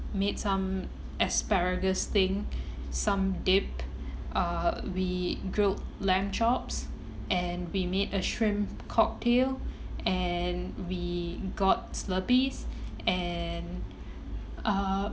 made some asparagus thing some dip uh we grilled lamb chops and we made a shrimp cocktail and we got slurpees and uh